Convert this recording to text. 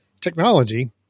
technology